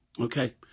Okay